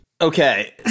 Okay